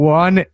one